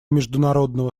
международного